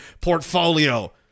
portfolio